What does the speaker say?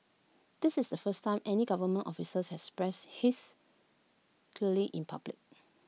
this is the first time any government officers has expressed his clearly in public